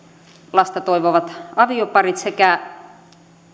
lasta toivovat avioparit sekä